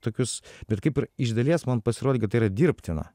tokius kaip ir iš dalies man pasirodė kad tai yra dirbtina